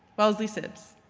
wellesley sibs,